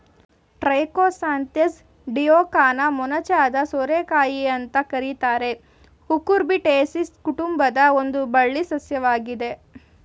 Trichosanthes ಡಿಯೋಕಾನ ಮೊನಚಾದ ಸೋರೆಕಾಯಿ ಅಂತ ಕರೀತಾರೆ ಕುಕುರ್ಬಿಟೇಸಿ ಕುಟುಂಬದ ಒಂದು ಬಳ್ಳಿ ಸಸ್ಯವಾಗಿದೆ